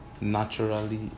naturally